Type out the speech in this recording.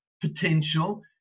potential